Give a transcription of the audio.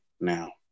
now